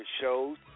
shows